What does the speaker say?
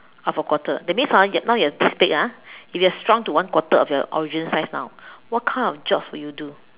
of a quarter that means hor now you are this big ah if you are shrunk to one quarter of your original size now what kind of jobs would you do